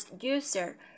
User